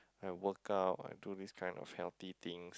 I workout I do these kind of healthy things